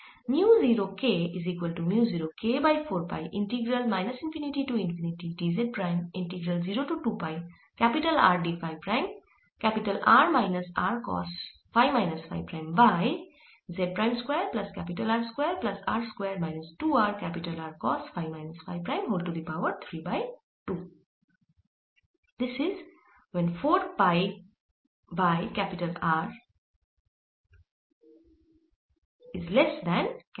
ভেতরে থাকে R বিয়োগ r কোসাইন ফাই বিয়োগ ফাই প্রাইম z দিকে